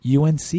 UNC